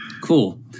Cool